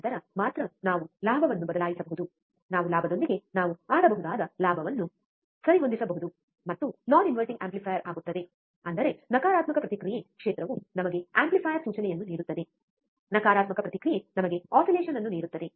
ನಂತರ ಮಾತ್ರ ನಾವು ಲಾಭವನ್ನು ಬದಲಾಯಿಸಬಹುದು ನಾವು ಲಾಭದೊಂದಿಗೆ ನಾವು ಆಡಬಹುದಾದ ಲಾಭವನ್ನು ಸರಿಹೊಂದಿಸಬಹುದು ಮತ್ತು ನಾನ್ ಇನ್ವರ್ಟಿಂಗ್ ಆಂಪ್ಲಿಫೈಯರ್ ಆಗುತ್ತದೆ ಅಂದರೆ ನಕಾರಾತ್ಮಕ ಪ್ರತಿಕ್ರಿಯೆ ಕ್ಷೇತ್ರವು ನಮಗೆ ಆಂಪ್ಲಿಫಯರ್ ಸೂಚನೆಯನ್ನು ನೀಡುತ್ತದೆ ಸಕಾರಾತ್ಮಕ ಪ್ರತಿಕ್ರಿಯೆ ನಮಗೆ ಆಸಿಲೇಶನ್ ಅನ್ನು ನೀಡುತ್ತದೆ